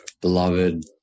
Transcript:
beloved